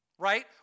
Right